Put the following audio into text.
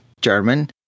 German